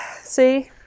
see